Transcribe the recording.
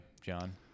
John